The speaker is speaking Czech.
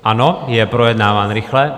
Ano, je projednáván rychle.